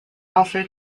also